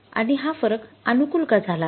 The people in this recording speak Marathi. आणि हा फरक अनुकूल का झाला आहे